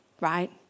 right